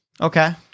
Okay